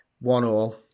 One-all